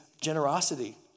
generosity